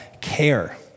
care